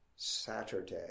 Saturday